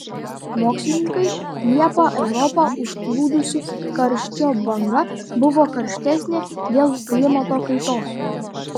mokslininkai liepą europą užplūdusi karščio banga buvo karštesnė dėl klimato kaitos